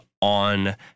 on